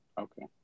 okay